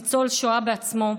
ניצול שואה בעצמו,